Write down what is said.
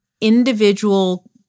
individual